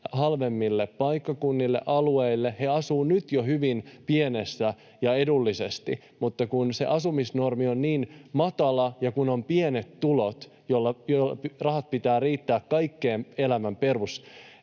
halvemmille paikkakunnille ja alueille. He asuvat nyt jo hyvin pienissä asunnoissa ja edullisesti, ja kun se asumisnormi on niin matala ja kun on pienet tulot, ja rahojen pitää riittää kaikkeen elämän